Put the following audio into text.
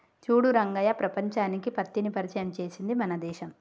చూడు రంగయ్య ప్రపంచానికి పత్తిని పరిచయం చేసింది మన దేశం